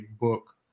book